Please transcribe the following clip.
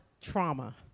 trauma